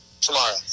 Tomorrow